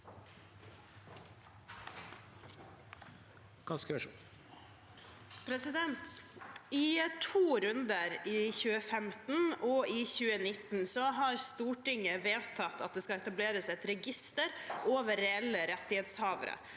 «I to runder, i 2015 og i 2019, har Stortinget vedtatt at det skal etableres et register over reelle rettighetshavere,